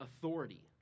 authority